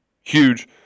Huge